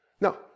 Now